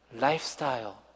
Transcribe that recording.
Lifestyle